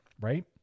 right